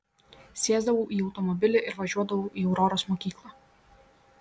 sėsdavau į automobilį ir važiuodavau į auroros mokyklą